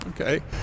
okay